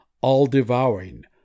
all-devouring